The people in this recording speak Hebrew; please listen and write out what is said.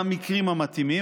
במקרים המתאימים,